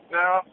now